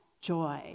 joy